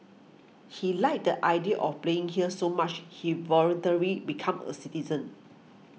he liked the idea of playing here so much he voluntarily become a citizen